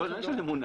לא עניין של אמונה.